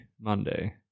Monday